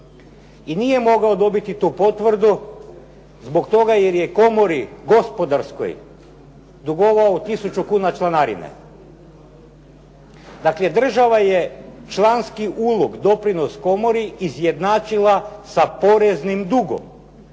I nije mogao dobiti tu potvrdu zbog toga je komori gospodarskoj dugovao tisuću kuna članarine. Dakle, država je članski ulog doprinos komori izjednačila sa poreznim dugom.